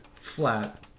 flat